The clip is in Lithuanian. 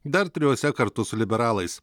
dar trijose kartu su liberalais